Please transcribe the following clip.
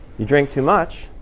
you drink too much,